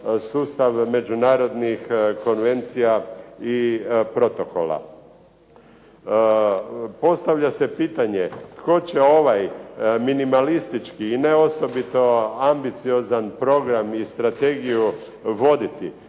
sustav međunarodnih konvencija i protokola. Postavlja se pitanje tko će ovaj minimalistički i ne osobito ambiciozan program i strategiju voditi?